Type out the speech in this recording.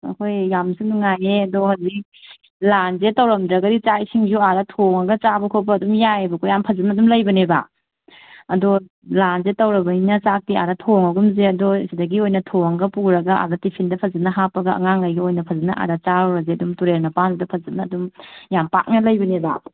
ꯑꯩꯈꯣꯏ ꯌꯥꯝꯁꯨ ꯅꯨꯡꯉꯥꯏꯌꯦ ꯑꯗꯣ ꯍꯧꯖꯤꯛ ꯂꯥꯟꯁꯦ ꯇꯧꯔꯝꯗ꯭ꯔꯒꯗꯤ ꯆꯥꯛ ꯏꯁꯤꯡꯁꯨ ꯑꯥꯗ ꯊꯣꯡꯉꯒ ꯆꯥꯕ ꯈꯣꯠꯄ ꯑꯗꯨꯝ ꯌꯥꯏꯑꯕꯀꯣ ꯌꯥꯝ ꯐꯖꯅ ꯑꯗꯨꯝ ꯂꯩꯕꯅꯦꯕ ꯑꯗꯣ ꯂꯥꯟꯁꯦ ꯇꯧꯔꯕꯅꯤꯅ ꯆꯥꯛꯇꯤ ꯑꯥꯗ ꯊꯣꯡꯂꯒꯨꯝꯁꯦ ꯑꯗꯣ ꯁꯤꯗꯒꯤ ꯑꯣꯏꯅ ꯊꯣꯡꯉꯒ ꯄꯨꯔꯒ ꯑꯥꯗ ꯇꯤꯐꯤꯟꯗ ꯐꯖꯅ ꯍꯥꯞꯄꯒ ꯑꯉꯥꯡꯈꯩꯒ ꯑꯣꯏꯅ ꯐꯖꯅ ꯑꯥꯗ ꯆꯥꯔꯨꯔꯁꯦ ꯑꯗꯨꯝ ꯇꯨꯔꯦꯟ ꯃꯄꯥꯜꯗꯨꯗ ꯐꯖꯅ ꯑꯗꯨꯝ ꯌꯥꯝ ꯄꯥꯛꯅ ꯂꯩꯕꯅꯦꯕ